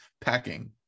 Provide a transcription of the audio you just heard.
packing